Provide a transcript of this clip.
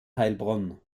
heilbronn